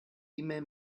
mail